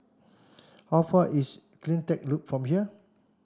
how far is CleanTech Loop from here